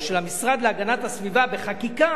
שיהיה אפשר להירשם בכל מיני מקומות.